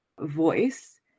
voice